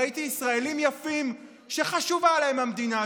ראיתי ישראלים יפים שחשובה להם המדינה,